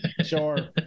Sure